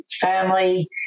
family